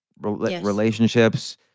relationships